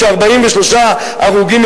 כש-43 הרוגים,